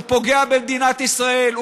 הוא פוגע במדינת ישראל,